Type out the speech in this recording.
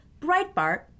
Breitbart